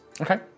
Okay